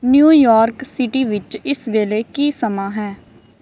New York city ਵਿੱਚ ਇਸ ਵੇਲੇ ਕੀ ਸਮਾਂ ਹੈ